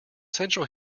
central